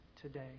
today